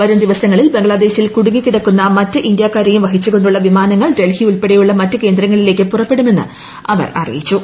വരും ദിവസങ്ങളിൽ ബംഗ്ലാദേശിൽ കുടുങ്ങിക്കിടക്കുന്ന മറ്റ് ഇന്ത്യക്കാരെയും വഹിച്ചുകൊണ്ടുള്ള വിമാനങ്ങൾ ഡൽഹി ഉൾപ്പെടെയുള്ള മറ്റ് കേന്ദ്രങ്ങളിലേക്ക് പുറപ്പെടുമെന്ന് അവർ അറിയിച്ചു